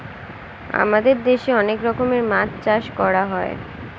আমাদের দেশে অনেক রকমের মাছ চাষ করা হয়